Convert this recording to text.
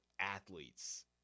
athletes